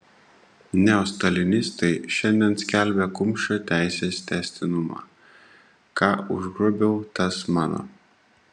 neostalinistai šiandien skelbia kumščio teisės tęstinumą ką užgrobiau tas mano